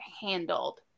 handled